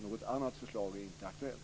Något annat förslag är inte aktuellt.